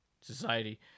society